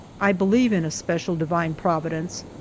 i believe in a special divine providence,